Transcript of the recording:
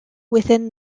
within